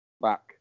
back